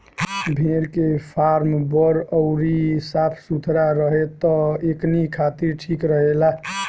भेड़ के फार्म बड़ अउरी साफ सुथरा रहे त एकनी खातिर ठीक रहेला